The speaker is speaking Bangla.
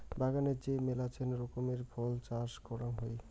বাগানে যে মেলাছেন রকমের ফল চাষ করাং হই